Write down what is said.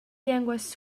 llengües